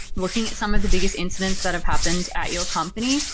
looking at some of the biggest incidents that have happened at your company,